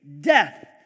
Death